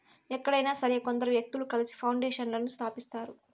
ఎక్కడైనా సరే కొందరు వ్యక్తులు కలిసి పౌండేషన్లను స్థాపిస్తారు